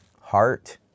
heart